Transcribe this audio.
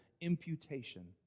imputation